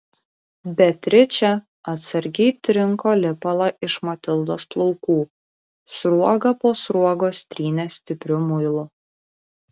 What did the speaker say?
beatričė atsargiai trinko lipalą iš matildos plaukų sruogą po sruogos trynė stipriu muilu